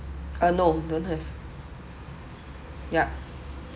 uh no don't have yup